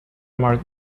marc